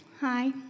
Hi